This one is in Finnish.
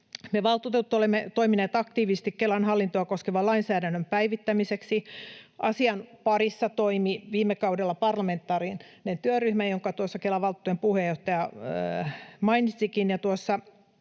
Me valtuutetut olemme toimineet aktiivisesti Kelan hallintoa koskevan lainsäädännön päivittämiseksi. Asian parissa toimi viime kaudella parlamentaarinen työryhmä, jonka tuossa Kela-valtuutettujen puheenjohtaja mainitsikin.